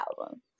album